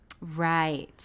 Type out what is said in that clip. Right